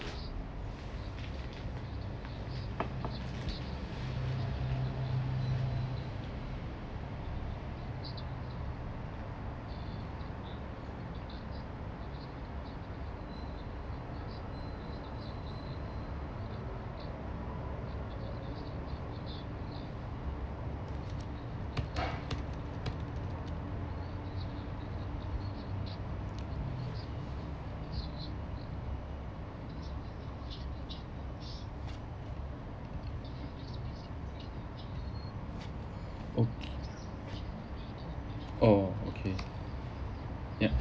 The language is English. okay oh okay